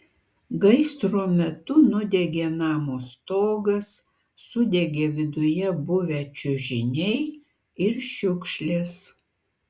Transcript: gaisro metu nudegė namo stogas sudegė viduje buvę čiužiniai ir šiukšlės